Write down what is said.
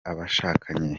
abashakanye